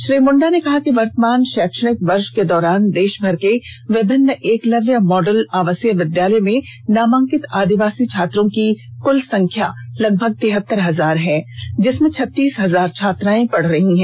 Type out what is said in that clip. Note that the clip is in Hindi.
श्री मुण्डा ने कहा कि वर्तमान षैक्षणिक वर्ष के दौरान देष भर के विभिन्न एकलव्य मॉडल आवासीय विधालय में नामांकित आदिवासी छात्रों की कुल संख्या लगभग तिहतर हजार है जिसमें छत्तीस हजार छात्राएं पढ़ रही हैं